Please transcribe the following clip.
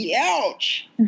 ouch